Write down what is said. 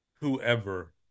whoever